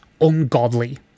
ungodly